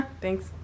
Thanks